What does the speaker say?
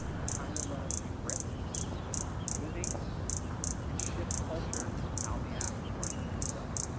the kind that let us take risks innovate and shift cullture without the actual emergency itself.